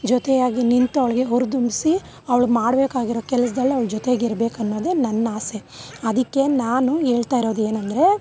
ಜೊತೆಯಾಗಿ ನಿಂತು ಅವ್ಳಿಗೆ ಹುರಿದುಂಬ್ಸಿ ಅವ್ಳು ಮಾಡ್ಬೇಕಾಗಿರೋ ಕೆಲ್ಸ್ದಲ್ಲಿ ಅವ್ಳ ಜೊತೆಗಿರ್ಬೇಕನ್ನೋದೆ ನನ್ನಾಸೆ ಅದಕ್ಕೆ ನಾನು ಹೇಳ್ತಾಯಿರೋದೇನೆಂದ್ರೆ